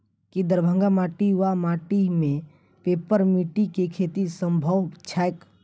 की दरभंगाक माटि वा माटि मे पेपर मिंट केँ खेती सम्भव छैक?